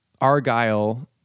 Argyle